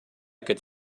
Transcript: could